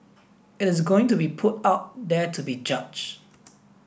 it is going to be put out there to be judge